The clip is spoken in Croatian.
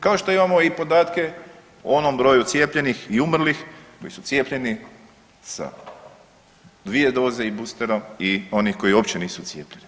Kao što imamo i podatke o onom broju cijepljenih i umrlih koji su cijepljeni sa dvije doze i boosterom i onih koji uopće nisu cijepljeni.